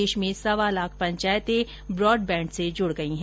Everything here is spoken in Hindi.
देष में सवा लाख पंचायतें ब्राडबैण्ड से जुड गयी है